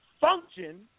function